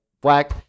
Black